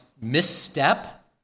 misstep